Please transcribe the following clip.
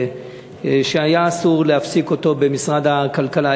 שהיה אסור להפסיק אותו במשרד הכלכלה.